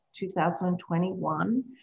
2021